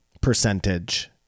percentage